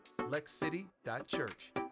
lexcity.church